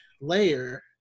layer